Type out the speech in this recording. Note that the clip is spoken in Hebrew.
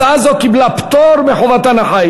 הצעה זו קיבלה פטור מחובת הנחה.